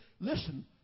Listen